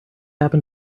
happen